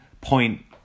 point